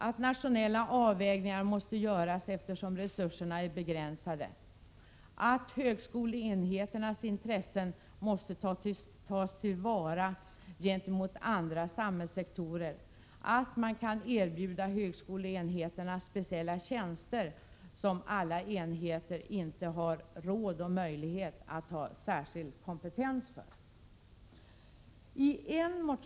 Särskilda avvägningar måste göras, eftersom resurserna är begränsade, högskoleenheternas intressen måste tas till vara gentemot andra samhällssektorer och högskoleenheterna erbjudas speciella tjänster som de själva inte har råd med eller har möjlighet att ha särskild kompetens för.